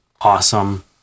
awesome